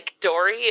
Dory